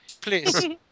please